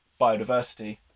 biodiversity